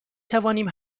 توانیم